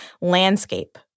landscape